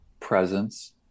presence